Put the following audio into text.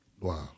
Wow